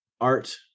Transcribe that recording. art